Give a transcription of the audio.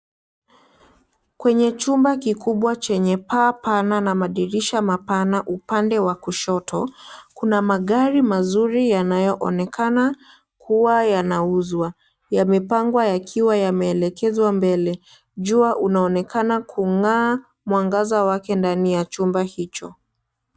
Kwenye chumba kikubwa chenye paa pana na madirisha mapana upande wa kushoto, kuna magari mazuri yanayoonekana kuwa yanauzwa, yamepangwa yakiwa yameelekezwa mbele, jua unaonekana kungaa mwangaza wake ndani ya chumba hicho.